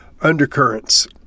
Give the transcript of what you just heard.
undercurrents